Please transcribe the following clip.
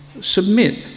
submit